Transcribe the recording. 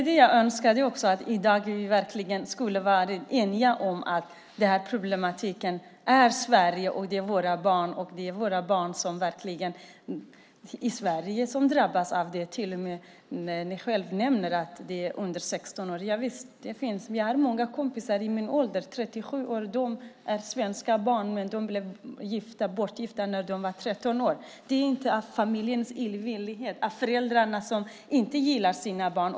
Herr talman! Det är det jag också önskar, att vi i dag hade varit eniga om att problematiken är Sveriges. Det är våra barn i Sverige som drabbas av det. Du nämner själv att det är under 16 år. Javisst. Jag har många kompisar i min ålder, 37 år. De var svenska barn, men de blev bortgifta när de var 13 år. Det är inte illvilja från familjen, inte för att föräldrarna inte gillar sina barn.